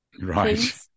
Right